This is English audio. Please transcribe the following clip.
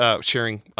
sharing